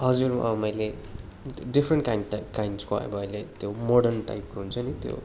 हजुर अँ मैले डिफ्रेन्ट काइन्ड टाइप काइन्ड्सको अब अहिले त्यो मोर्डन टाइपको हुन्छ नि त्यो